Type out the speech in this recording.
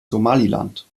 somaliland